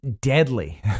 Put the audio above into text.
deadly